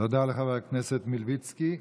תודה לחבר הכנסת מלביצקי.